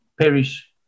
perish